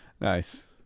Nice